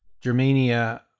Germania